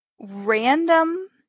random